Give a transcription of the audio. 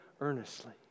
earnestly